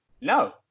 No